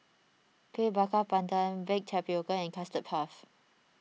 Kueh Bakar Pandan Baked Tapioca and Custard Puff